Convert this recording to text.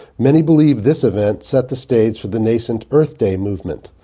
many believe this event set the stage for the nascent earth day movement.